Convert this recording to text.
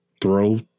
throw